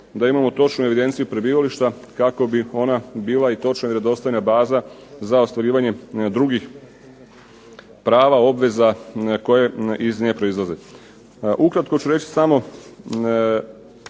da imamo točnu evidenciju prebivališta kako bi ona bila i točna i vjerodostojna baza za ostvarivanje drugih prava, obveza koje iz nje proizlaze. Ukratko ću reći samo